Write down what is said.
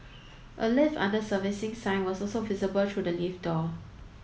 a lift under servicing sign was also visible through the lift door